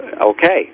Okay